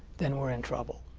then we're in trouble.